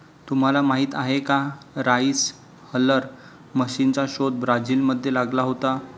तुम्हाला माहीत आहे का राइस हलर मशीनचा शोध ब्राझील मध्ये लागला होता